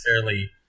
fairly